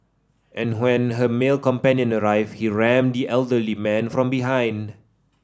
and when her male companion arrived he rammed the elderly man from behind